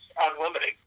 unlimited